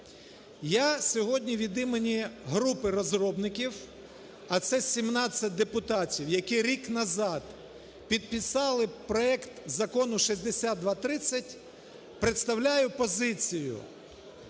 Я сьогодні, від імені групи розробників, а це 17 депутатів, які рік назад підписали проект Закону 6230, представляю позицію.